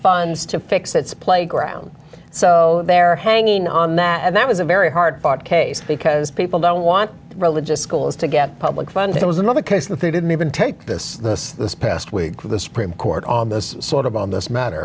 funds to fix its playground so they're hanging on that that was a very hard fought case because people don't want religious schools to get public funding it was another case that they didn't even take this this past week with the supreme court on this sort of on this matter